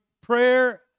prayer